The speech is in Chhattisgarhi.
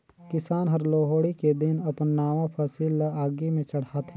किसान हर लोहड़ी के दिन अपन नावा फसिल ल आगि में चढ़ाथें